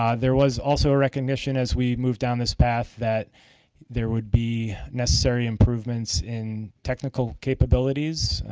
um there was also recognition as we moved down this path that there would be necessary improvements in technical capabilities,